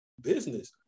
business